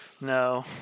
no